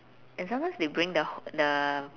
and sometimes they bring the h~ the